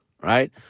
right